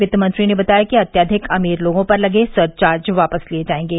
वित्तमंत्री ने बताया कि अत्यधिक अमीर लोगों पर लगे सरचार्ज वापस लिए जाएंगे